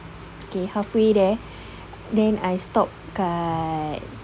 okay halfway there then I stop kat